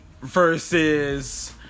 versus